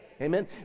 amen